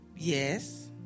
Yes